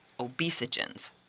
obesogens